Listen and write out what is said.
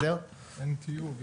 אין טיוב,